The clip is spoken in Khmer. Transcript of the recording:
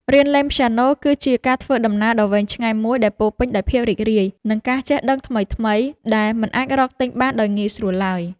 រៀនលេងព្យ៉ាណូគឺជាការធ្វើដំណើរដ៏វែងឆ្ងាយមួយដែលពោរពេញដោយភាពរីករាយ និងការចេះដឹងថ្មីៗដែលមិនអាចរកទិញបានដោយងាយស្រួលឡើយ។